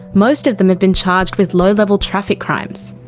most of them have been charged with low-level traffic crimes.